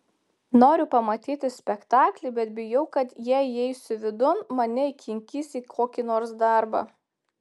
noriu pamatyti spektaklį bet bijau kad jei įeisiu vidun mane įkinkys į kokį nors darbą